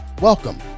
Welcome